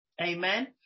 Amen